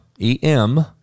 E-M